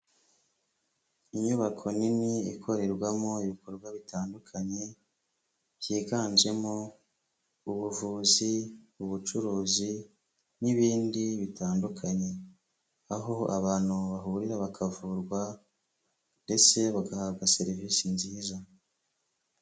Inyubako nini ikorerwamo ibikorwa bitandukanye, byiganjemo ubuvuzi, ubucuruzi n'ibindi bitandukanye, aho abantu bahurira bakavurwa ndetse bagahabwa serivisi nziza.